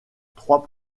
trois